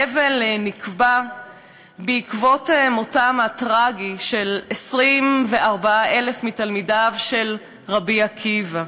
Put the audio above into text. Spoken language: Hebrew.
האבל נקבע בעקבות מותם הטרגי של 24,000 מתלמידיו של רבי עקיבא.